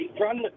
run